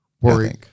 worry